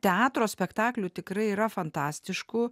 teatro spektaklių tikrai yra fantastiškų